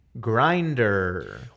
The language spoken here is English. Grinder